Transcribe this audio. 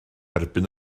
erbyn